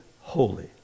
holy